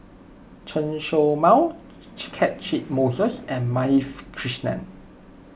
Chen Show Mao Catchick Moses and Madhavi Krishnan